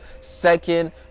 Second